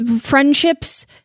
friendships